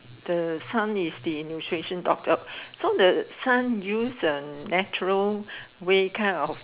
the son is the nutrition doctor so the son use a natural way kind of